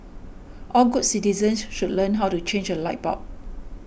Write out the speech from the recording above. all good citizens should learn how to change a light bulb